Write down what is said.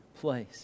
place